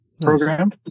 program